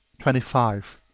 twenty five.